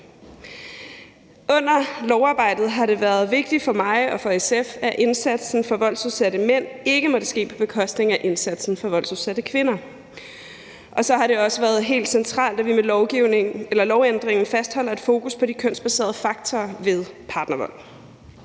Under lovarbejdet har det været vigtigt for mig og for SF, at indsatsen for voldsudsatte mænd ikke måtte ske på bekostning af indsatsen for voldsudsatte kvinder, og så har det også været helt centralt, at vi med lovændringen fastholder et fokus på de kønsbaserede faktorer ved partnervold.